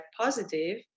positive